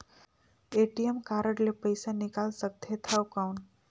ATM card ले पइसा निकाल सकथे थव कौन?